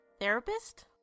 therapist